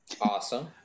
Awesome